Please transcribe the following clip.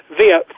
via